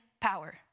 power